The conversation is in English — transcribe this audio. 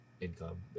income